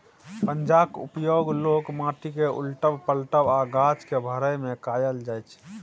पंजाक उपयोग लोक माटि केँ उलटब, पलटब आ गाछ केँ भरय मे कयल जाइ छै